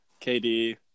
KD